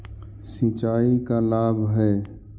सिंचाई का लाभ है?